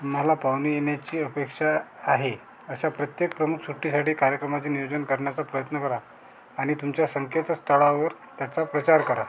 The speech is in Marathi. तुम्हाला पाहुणे येण्याची अपेक्षा आहे अशा प्रत्येक प्रमुख सुट्टीसाठी कार्यक्रमांचे नियोजन करण्याचा प्रयत्न करा आणि तुमच्या संकेतस्थळावर त्यांचा प्रचार करा